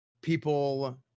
people